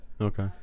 okay